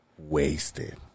wasted